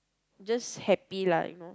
just happy lah you know